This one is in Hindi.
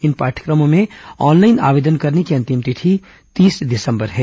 इन पाठ्यक्रमों में ऑनलाइन आवेदन करने की अंतिम तिथि तीस दिसंबर है